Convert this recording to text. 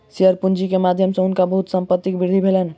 share पूंजी के माध्यम सॅ हुनका बहुत संपत्तिक वृद्धि भेलैन